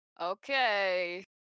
Okay